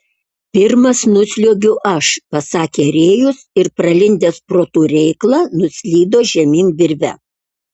pirmas nusliuogiu aš pasakė rėjus ir pralindęs pro turėklą nuslydo žemyn virve